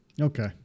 Okay